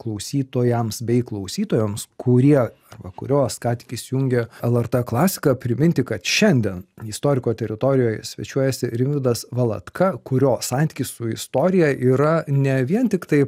klausytojams bei klausytojoms kurie arba kurios ką tik įsijungė lrt klasika priminti kad šiandien istoriko teritorijoj svečiuojasi rimvydas valatka kurio santykis su istorija yra ne vien tiktai